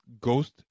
ghost